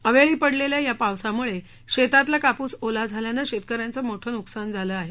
अवेळी पडलेल्या या पावसामुळे शेतांमधला कापूस ओला झाल्याने शेतकऱ्यांचं मोठं नुकसान झालं आहे